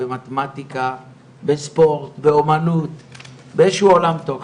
המתמטיקה בספורט באמנות באיזשהו עולם תוכן,